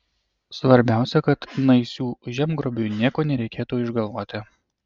svarbiausia kad naisių žemgrobiui nieko nereikėtų išgalvoti